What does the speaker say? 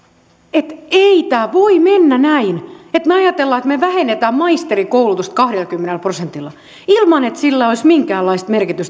että ei tämä voi mennä näin että me ajattelemme että me vähennämme maisterikoulutusta kahdellakymmenellä prosentilla ilman että sillä olisi minkäänlaista merkitystä